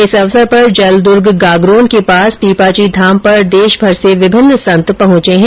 इस अवसर पर जलद्र्ग गागरोन के पास पीपाजी धाम पर देशभर से विभिन्न संत पहंचे है